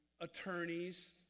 attorneys